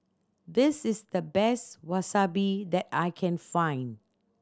this is the best Wasabi that I can find